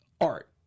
art